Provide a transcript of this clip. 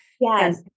Yes